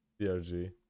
DRG